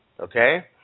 okay